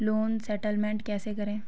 Loan settlement कैसे करें?